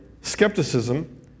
skepticism